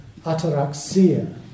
ataraxia